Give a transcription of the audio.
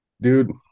Dude